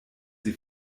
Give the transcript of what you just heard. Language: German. sie